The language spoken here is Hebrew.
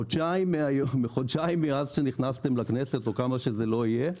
חודשיים מאז נכנסתם לכנסת או כמה שזה לא יהיה,